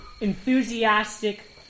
enthusiastic